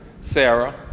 Sarah